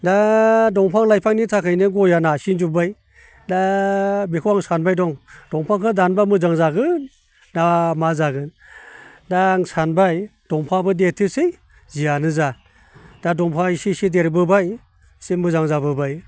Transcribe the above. दा दंफां लाइफांनि थाखायनो गया नारसिनजोबबाय दा बेखौ आं सानबाय दं दंफांखौ दानबा मोजां जागोन ना मा जागोन दा आं सानबाय दंफांआबो देरथोंसै जियानो जा दा दंफांआ एसे एसे देरबोबाय इसे मोजां जाबोबाय